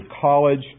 college